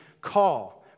call